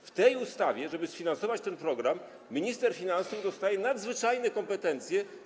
W tej ustawie, żeby sfinansować ten program, minister finansów otrzymuje nadzwyczajne kompetencje.